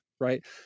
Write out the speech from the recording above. right